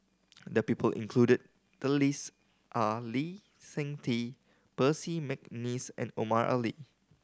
the people included in the list are Lee Seng Tee Percy McNeice and Omar Ali